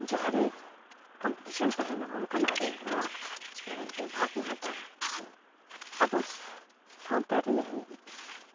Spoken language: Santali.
ᱡᱟᱦᱟᱸ ᱨᱮ ᱠᱚᱢᱯᱤᱴᱤᱥᱚᱱ ᱛᱟᱦᱮᱱᱟ ᱚᱱᱠᱟᱱᱟᱜ ᱨᱮ ᱚᱱᱟ ᱮᱱᱮᱡᱽ ᱨᱮ ᱵᱷᱟᱜᱤᱧ ᱦᱟᱛᱟᱣᱟ ᱟᱵᱚ ᱥᱟᱶᱛᱟ ᱨᱮᱭᱟᱜ ᱮᱱᱮᱡᱽ ᱜᱮ